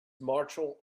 martial